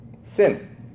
Sin